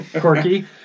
quirky